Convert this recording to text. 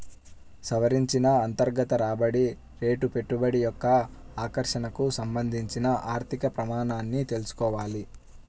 సవరించిన అంతర్గత రాబడి రేటు పెట్టుబడి యొక్క ఆకర్షణకు సంబంధించిన ఆర్థిక ప్రమాణమని తెల్సుకోవాలి